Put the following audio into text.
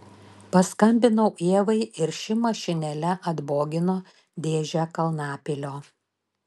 paskambinau ievai ir ši mašinėle atbogino dėžę kalnapilio